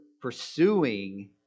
pursuing